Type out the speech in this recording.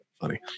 funny